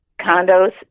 condos